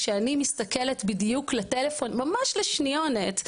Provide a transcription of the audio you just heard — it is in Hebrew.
כשאני מסתכלת בדיוק לטלפון ממש לשניונת,